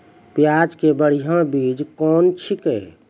प्याज के बढ़िया बीज कौन छिकै?